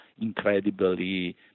incredibly